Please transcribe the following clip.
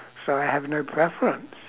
so I have no preference